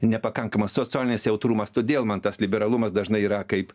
nepakankamas socialinis jautrumas todėl man tas liberalumas dažnai yra kaip